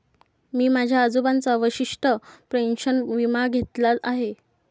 मी माझ्या आजोबांचा वशिष्ठ पेन्शन विमा घेतला आहे